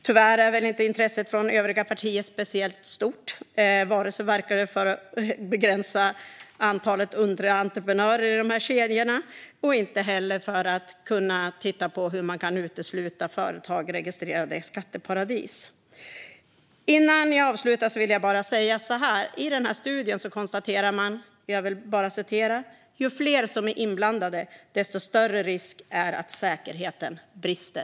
Tyvärr är väl inte intresset från övriga partier speciellt stort vare sig för att begränsa antalet underleverantörer i de här kedjorna eller för att titta på hur man kan utesluta företag registrerade i skatteparadis. Innan jag avslutar vill jag bara säga att man i studien konstaterar detta: Ju fler som är inblandade, desto större risk är det för att säkerheten brister.